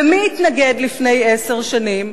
ומי התנגד לפני עשר שנים?